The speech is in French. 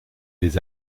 les